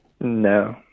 No